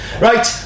Right